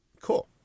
Cool